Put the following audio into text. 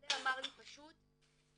העולה אמר לי פשוט "אסתר,